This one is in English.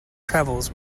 travels